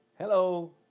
Hello